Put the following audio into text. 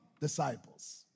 disciples